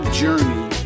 journey